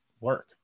work